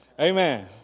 Amen